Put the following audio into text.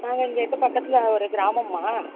நாங்கள் இங்கே இருக்க பக்கத்தில் ஒரு கிராமம்மா